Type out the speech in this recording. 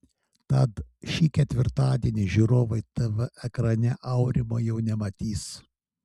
tad šį ketvirtadienį žiūrovai tv ekrane aurimo jau nematys